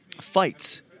fights